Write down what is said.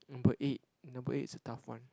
number eight number eight is a tough one